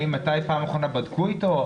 מתי בפעם האחרונה בדקו איתו.